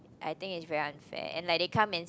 I think it's very unfair and like they come in